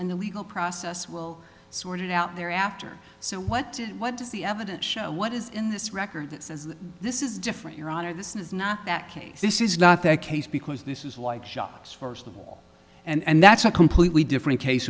and the legal process will sort it out there after so what did what does the evidence show what is in this record that says that this is different your honor this is not that case this is not the case because this is like shops first of all and that's a completely different case